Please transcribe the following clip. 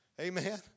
Amen